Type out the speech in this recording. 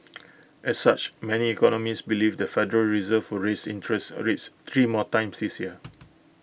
as such many economists believe the federal reserve will raise interest A rates three more times this year